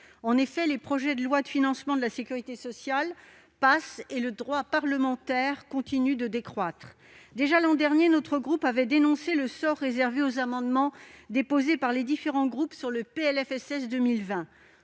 règlement. Les projets de loi de financement de la sécurité sociale passent, et le droit parlementaire continue de décroître. Déjà, l'an dernier, notre groupe avait dénoncé le sort réservé aux amendements déposés par les différents groupes sur le PLFSS 2020.